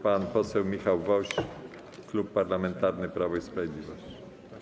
Pan poseł Michał Woś, Klub Parlamentarny Prawo i Sprawiedliwość.